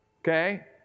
Okay